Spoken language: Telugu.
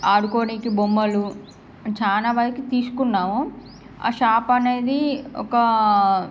ఆడుకోవడానికి బొమ్మలు చాలా వరకు తీసుకున్నాం ఆ షాపు అనేది ఒక